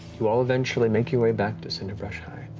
you all eventually make your way back to cinderbrush high.